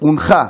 הונחה